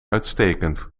uitstekend